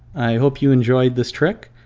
i hope you enjoyed this trick.